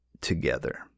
together